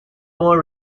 more